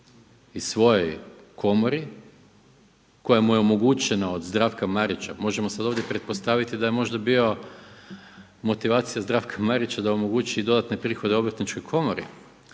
i svojoj komori koja mu je omogućena od Zdravka Marića, možemo sada ovdje pretpostaviti da je možda bio motivacija Zdravka Marića da omogući dodatne prihode Obrtničkoj komori.